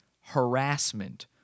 harassment